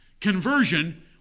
conversion